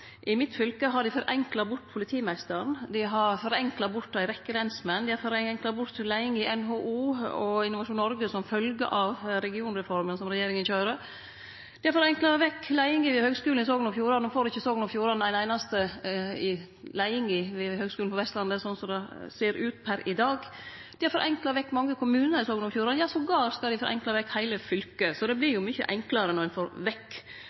I mitt fylke har dei forenkla bort politimeisteren, dei har forenkla bort ei rekkje lensmenn, og dei har forenkla bort leiinga i NHO og Innovasjon Noreg som følgje av regionreforma som regjeringa køyrer. Dei har forenkla vekk leiinga ved høgskulen i Sogn og Fjordane. No får ikkje Sogn og Fjordane ein einaste i leiinga ved høgskulen på Vestlandet, sånn som det ser ut per i dag. Dei har forenkla vekk mange kommunar i Sogn og Fjordane. Ja, dei skal til og med forenkle vekk heile fylket. Det vert jo mykje enklare når ein får vekk